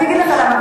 אני אגיד לך למה,